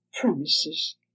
Promises